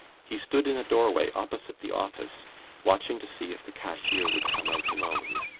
he stood in a doorway opposite the office watching to see if the cashier would come out alone.